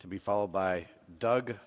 to be followed by doug